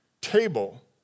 Table